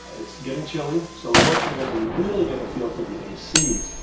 it's getting chilly, so we weren't able to really get a feel for the a cs.